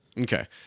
Okay